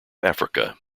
africa